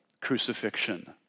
crucifixion